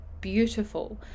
beautiful